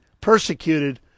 persecuted